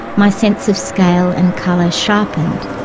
my sense of scale and colour sharpened.